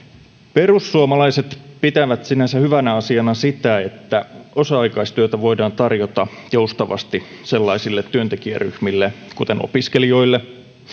perussuomalaiset pitävät sinänsä hyvänä asiana sitä että osa aikaistyötä voidaan tarjota joustavasti sellaisille työntekijäryhmille kuten opiskelijoille